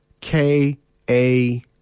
K-A